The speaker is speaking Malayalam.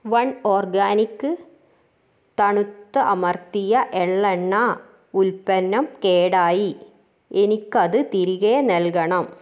വൺ ഓർഗാനിക്ക് തണുത്ത അമർത്തിയ എള്ളെണ്ണ ഉൽപ്പന്നം കേടായി എനിക്കത് തിരികെ നൽകണം